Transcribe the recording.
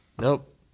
Nope